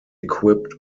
equipped